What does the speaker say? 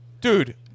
Dude